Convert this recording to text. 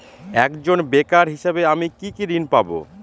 একজন বেকার হিসেবে আমি কি কি ঋণ পাব?